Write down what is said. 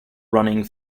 running